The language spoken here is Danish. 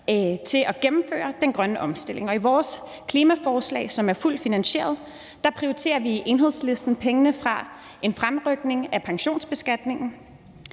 til at gennemføre den grønne omstilling. I vores klimaforslag, som er fuldt finansieret, prioriterer vi i Enhedslisten pengene fra en fremrykning af pensionsbeskatningen,